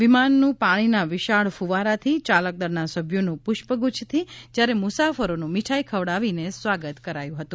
વિમાનનું પાણીના વિશાળ કુવારાથી યાલકદળના સભ્યોનું પુષ્પગુચ્છથી જ્યારે મુસાફરોનું મિઠાઇ ખવડાવીને સ્વાગત કરાયું હતું